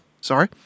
sorry